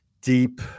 deep